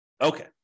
Okay